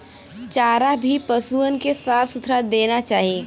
चारा भी पसुअन के साफ सुथरा देना चाही